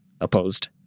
opposed